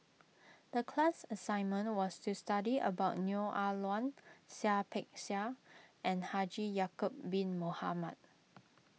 the class assignment was to study about Neo Ah Luan Seah Peck Seah and Haji Ya'Acob Bin Mohamed